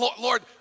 Lord